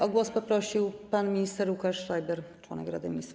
O głos poprosił pan minister Łukasz Schreiber, członek Rady Ministrów.